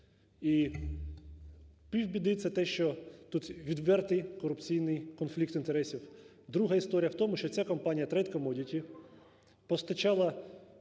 І півбіди це те, що тут відвертий корупційний конфлікт інтересів. Друга історія в тому, що ця компанія "Трейд Коммодити" постачала